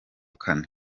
kane